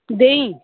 देही